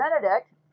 Benedict